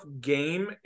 game